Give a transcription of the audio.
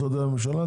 משרדי הממשלה,